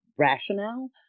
rationale